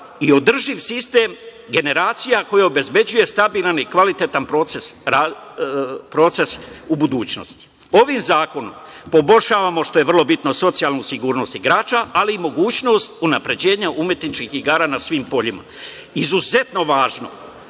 i održiv sistem generacija koji obezbeđuje stabilan i kvalitetan proces u budućnosti. Ovim zakonom poboljšavamo, što je vrlo bitno, socijalnu sigurnost igrača, ali i mogućnost unapređenja umetničkih igara na svim poljima. Izuzetno važno,